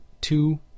two